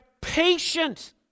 patient